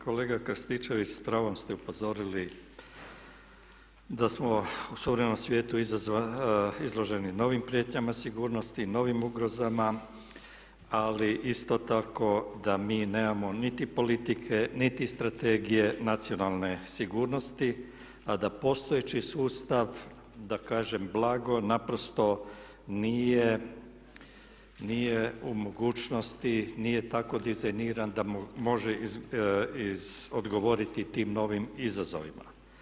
Kolega Krstičević, s pravom ste upozorili da smo u suvremenom svijetu izloženi novim prijetnjama sigurnosti, novim ugrozama ali isto tako da mi nemamo niti politike, niti strategije Nacionalne sigurnosti, a da postojeći sustav da kažem blago naprosto nije u mogućnosti, nije tako dizajniran da može odgovoriti tim novim izazovima.